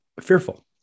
fearful